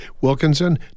Wilkinson